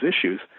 issues